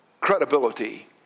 credibility